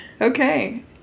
Okay